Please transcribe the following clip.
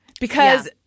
because-